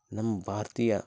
ನಮ್ಮ ಭಾರತೀಯ